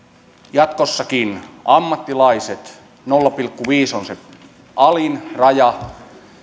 jatkossakin ammattilaiset nolla pilkku viisi on se alin raja